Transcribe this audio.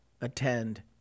attend